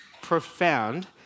profound